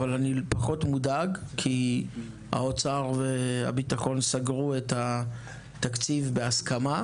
אבל אני פחות מודאג כי האוצר והביטחון סגרו את התקציב בהסכמה.